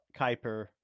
Kuiper